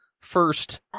first